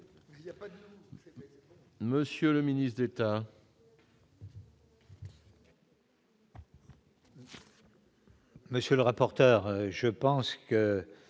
monsieur le ministre d'État. Monsieur le rapporteur, je pense que